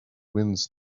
winds